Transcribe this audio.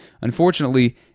Unfortunately